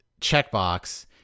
checkbox